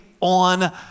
on